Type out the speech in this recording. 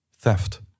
theft